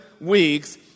weeks